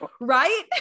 Right